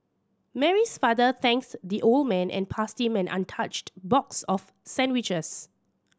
Mary's father thanks the old man and passed him an untouched box of sandwiches